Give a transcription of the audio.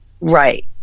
right